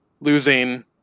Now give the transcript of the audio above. losing